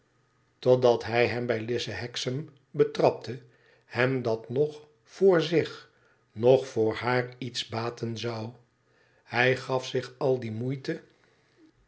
totdat hij hem bij lize hexam betrapte hem dat noch voor zich noch voor haar iets baten zou hij gaf zich al die moeite